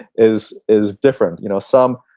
is is different. you know some,